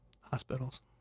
hospitals